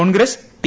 Congress T